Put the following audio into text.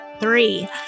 three